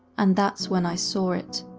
and that's when i saw it.